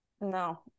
no